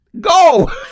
Go